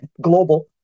global